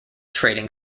trading